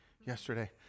yesterday